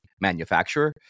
manufacturer